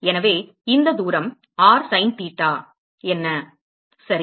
எனவே இந்த தூரம் r சைன் தீட்டா என்ன சரி